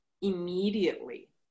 immediately